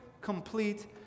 complete